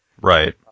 Right